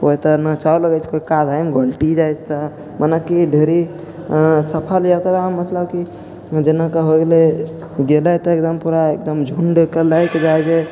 कोइ तऽ नाचऽ लगै छै कोइ कादहिमे घोलटि जाइ छै तऽ मने कि ढेरी सफल यात्रा मतलब कि जेनाकि हो गेलै गेलै तऽ एकदम पूरा एकदम झुण्डके लऽके जाइ गेल